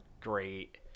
great